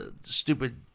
stupid